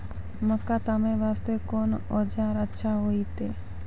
मक्का तामे वास्ते कोंन औजार अच्छा होइतै?